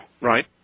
right